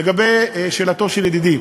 לגבי שאלתו של ידידי,